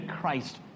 Christ